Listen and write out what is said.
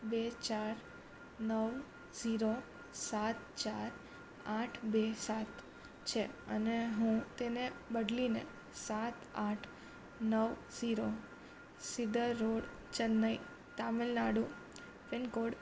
બે ચાર નવ ઝીરો સાત ચાર આઠ બે સાત છે અને હું તેને બદલીને સાત આઠ નવ zero Cedar Road Chennai Tamil Nadu pin code